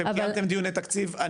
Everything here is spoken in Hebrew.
אתם קיימתם דיוני תקציב,